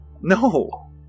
No